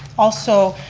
also,